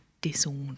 disorder